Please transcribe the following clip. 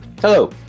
Hello